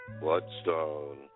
Bloodstone